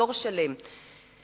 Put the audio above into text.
דור שלם.